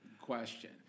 question